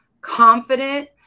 confident